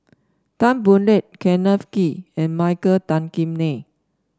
Tan Boo Liat Kenneth Kee and Michael Tan Kim Nei